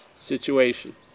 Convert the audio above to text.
situation